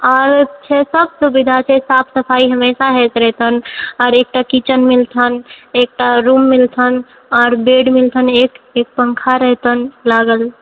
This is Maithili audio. आओर छै सब सुविधा छै साफ सफाई हमेशा होइत रहतनि आओर एकटा किचन मिलतनि एकटा रूम मिलतनि आओर बेड मिलतनि एक एक पङ्खा रहतनि लागल